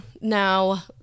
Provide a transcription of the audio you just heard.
now